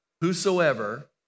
whosoever